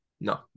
no